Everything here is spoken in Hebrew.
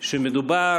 שמדובר